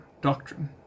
doctrine